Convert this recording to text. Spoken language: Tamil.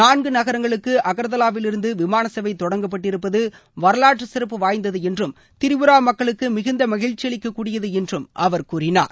நான்கு நகரங்களுக்கு அகர்தலாவிலிருந்து விமான சேவை தொடங்கப்பட்டிருப்பது வரவாற்று சிறப்பு வாய்ந்தது என்றும் திரிபுரா மக்களுக்கு மிகுந்த மகிழ்ச்சியளிக்க கூடியது என்றும் அவர் கூறினார்